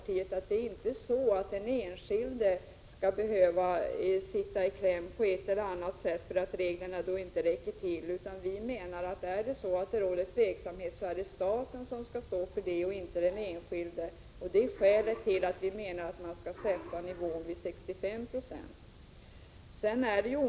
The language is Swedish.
Där menar vi i folkpartiet att den enskilde inte skall behöva sitta i kläm på ett eller annat sätt därför att reglerna inte räcker till. Vi menar att om det råder tveksamhet det i stället är staten som skall stå för detta och inte den enskilde. Detta är skälet till att vi vill att nivån skall sättas till 65 96.